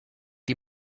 die